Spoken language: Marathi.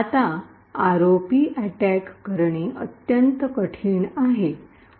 आता आरओपी अटैक करणे अत्यंत कठीण आहे